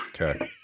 Okay